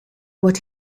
what